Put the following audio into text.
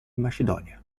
macedonia